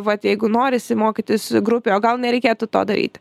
vat jeigu norisi mokytis grupėj o gal nereikėtų to daryti